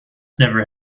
never